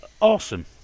Awesome